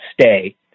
stay